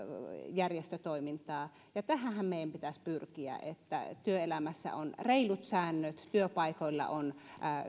järjestötoimintaa tähänhän meidän pitäisi pyrkiä että työelämässä on reilut säännöt ja työpaikoilla on